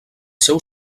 seu